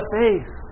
face